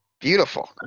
Beautiful